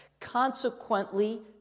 consequently